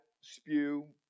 spew